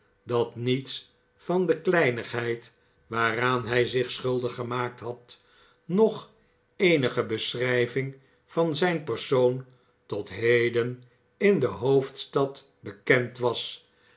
dat niels van de kleinigheid waaraan hij zich schuldig gemaakt had noch eenige beschrijving van zijn persoon tot heden in de hoofdstad bekend was